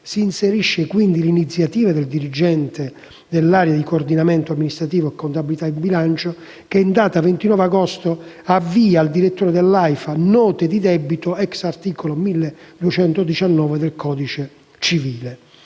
si inserisce l'iniziativa del dirigente dell'area coordinamento affari amministrativi, contabilità e bilancio, che in data 29 agosto, inviava al direttore dell'AIFA nota di debito, *ex* articolo 1219 del codice civile.